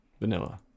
Vanilla